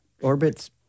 Orbits